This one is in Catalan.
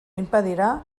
impedirà